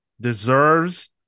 deserves